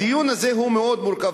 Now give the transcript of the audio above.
הדיון הזה מאוד מורכב.